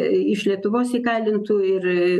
iš lietuvos įkalintų ir